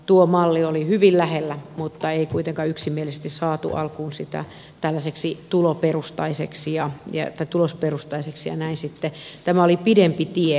tuo malli oli hyvin lähellä mutta ei kuitenkaan yksimielisesti saatu alkuun sitä tällaiseksi tulosperustaiseksi ja näin sitten tämä oli pidempi tie